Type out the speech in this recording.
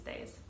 days